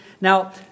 Now